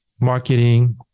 marketing